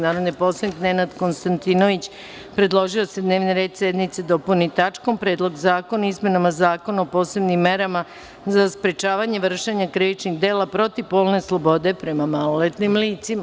Narodni poslanik Nenad Konstantinović predložio je da se dnevni red sednice dopuni tačkom – Predlog zakona o izmenama Zakona o posebnim merama za sprečavanje vršenja krivičnih dela protiv polne slobode prema maloletnim licima.